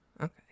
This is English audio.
okay